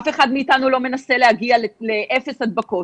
אף אחד מאיתנו לא מנסה להגיע לאפס הדבקות.